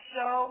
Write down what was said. Show